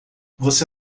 você